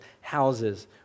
houses